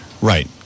Right